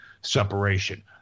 separation